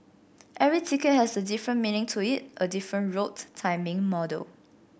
every ticket has a different meaning to it a different route timing model